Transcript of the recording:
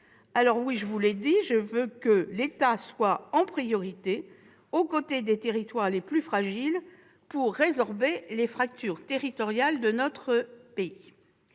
Alors, oui, je veux que l'État soit en priorité aux côtés des territoires les plus fragiles, pour résorber les fractures territoriales de notre pays.